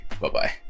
Bye-bye